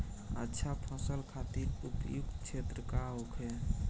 अच्छा फसल खातिर उपयुक्त क्षेत्र का होखे?